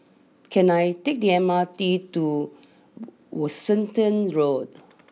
can I take the M R T to Worcester Road